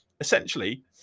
essentially